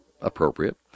appropriate